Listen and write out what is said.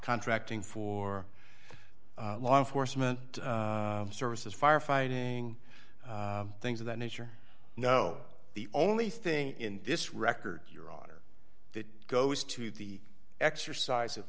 contracting for law enforcement services fire fighting things of that nature know the only thing in this record your honor that goes to the exercise of